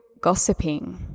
gossiping